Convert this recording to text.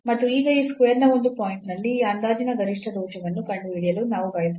ಮತ್ತು ಈಗ ಈ square ನ ಒಂದು ಪಾಯಿಂಟ್ ನಲ್ಲಿ ಈ ಅಂದಾಜಿನ ಗರಿಷ್ಠ ದೋಷವನ್ನು ಕಂಡುಹಿಡಿಯಲು ನಾವು ಬಯಸುತ್ತೇವೆ